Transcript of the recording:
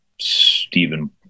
Stephen